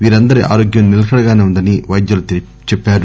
వీరందరి ఆరోగ్యం నిలకడగానే ఉందని వైద్యులు చెప్పారు